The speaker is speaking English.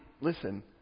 listen